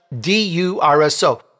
D-U-R-S-O